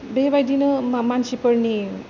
बेबायदिनो मानसिफोरनि